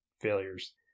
failures